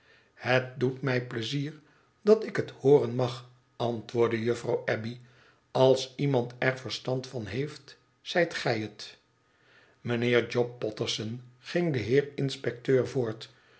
het doet mij pleizier dat ik het hooren mag antwoordde juffrouw abbey als iemand er verstand van heeft zijt gij het mijnheer job potterson ging de heer inspecteur voort